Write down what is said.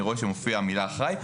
אני רואה שמופיעה המילה אחראי.